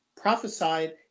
prophesied